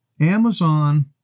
Amazon